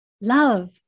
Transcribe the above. Love